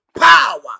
Power